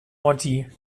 monti